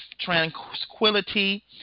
tranquility